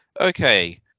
Okay